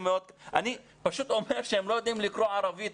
אני פשוט אומר שהם אפילו לא יודעים לקרוא ערבית.